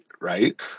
right